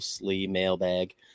mailbag